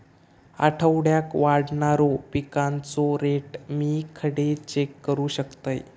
आठवड्याक वाढणारो पिकांचो रेट मी खडे चेक करू शकतय?